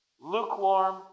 lukewarm